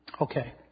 Okay